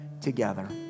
together